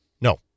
No